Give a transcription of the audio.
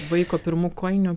vaiko pirmų kojinių